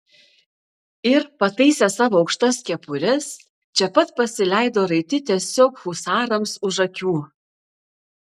ir pataisę savo aukštas kepures čia pat pasileido raiti tiesiog husarams už akių